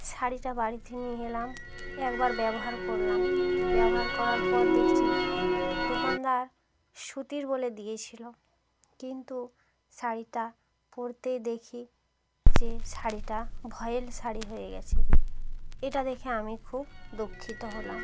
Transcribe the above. শাড়িটা বাড়িতে নিয়ে এলাম একবার ব্যবহার করলাম ব্যবহার করার পর দেখছি দোকানদার সুতির বলে দিয়েছিলো কিন্তু শাড়িটা পরতেই দেখি যে শাড়িটা ভয়েল শাড়ি হয়ে গেছে এটা দেখে আমি খুব দুঃখিত হলাম